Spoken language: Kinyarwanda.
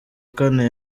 kane